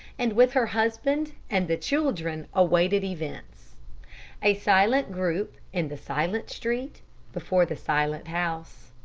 and with her husband and the children awaited events a silent group in the silent street before the silent house.